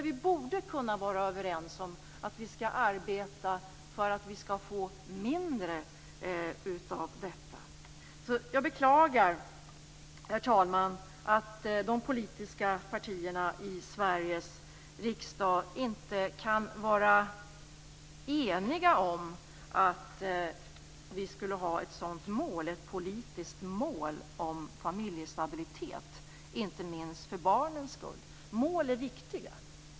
Vi borde kunna vara överens om att vi skall arbeta för att det skall bli mindre av detta. Herr talman! Jag beklagar att de politiska partierna i Sveriges riksdag inte kan vara eniga om ett sådant politiskt mål om familjestabilitet, inte minst för barnens skull. Mål är viktiga.